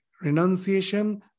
renunciation